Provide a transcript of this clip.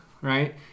right